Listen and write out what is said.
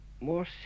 More